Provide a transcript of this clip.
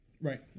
Right